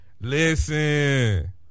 Listen